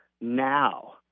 now